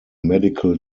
medical